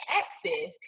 access